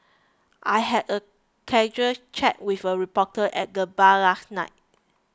I had a casual chat with a reporter at the bar last night